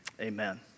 Amen